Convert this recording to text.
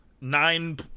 nine